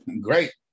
Great